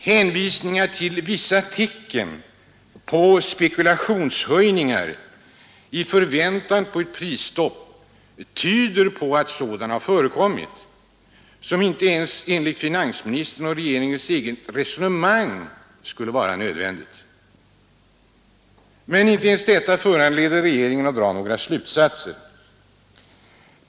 Hänvisningar till att ”vissa tecken” på spekulationshöjningar i förväntan på ett prisstopp tyder på att sådana tecken har förekommit som inte ens enligt finansministern och regeringens eget resonemang skulle vara ”nödvändiga”. Men inte ens detta föranleder regeringen att dra några slutsatser.